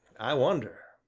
i wonder,